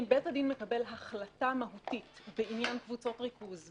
אם בית הדין מקבל החלטה מהותית בעניין קבוצות ריכוז,